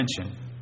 attention